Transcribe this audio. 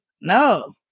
no